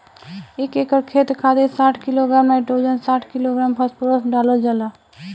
एक एकड़ खेत खातिर साठ किलोग्राम नाइट्रोजन साठ किलोग्राम फास्फोरस डालल जाला?